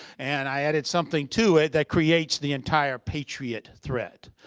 and i added something to it that creates the entire patriot threat.